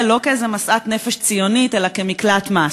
לא כאיזו משאת נפש ציונית אלא כאל מקלט מס.